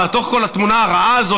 בתוך כל התמונה הרעה הזאת,